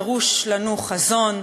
דרוש לנו חזון,